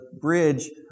bridge